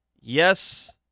Yes